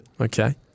Okay